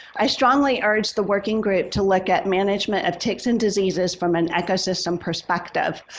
i strongly urge the working group to look at management of ticks and diseases from an ecosystem perspective.